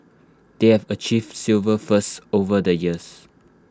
they have achieved silver firsts over the years